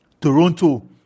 Toronto